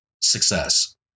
success